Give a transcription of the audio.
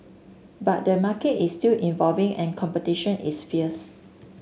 but the market is still evolving and competition is fierce